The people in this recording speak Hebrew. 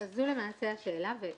אני נוטה ללכת לכיוון האזרח.